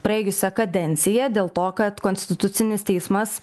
praėjusią kadenciją dėl to kad konstitucinis teismas